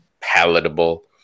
palatable